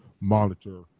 monitor